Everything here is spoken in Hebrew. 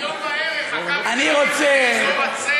היום בערב "מכבי תל-אביב" "מכבי תל-אביב" באזור הצבע.